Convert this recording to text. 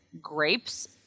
grapes